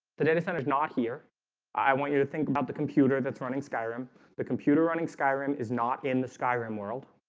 the dennison is not here i want you to think about the computer that's running skyrim the computer running skyrim is not in the skyrim world